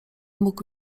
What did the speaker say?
mógł